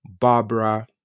Barbara